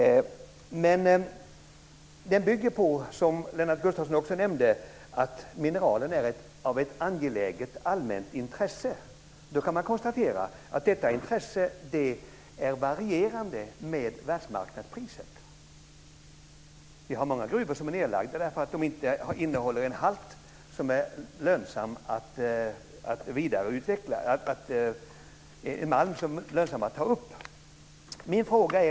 Som Lennart Gustavsson också nämnde är mineralen av ett angeläget allmänt intresse. Då kan man konstatera att detta intresse varierar med världsmarknadspriset. Vi har många gruvor som är nedlagda för att de inte innehåller malm som är lönsam att ta upp.